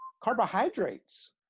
Carbohydrates